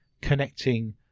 Connecting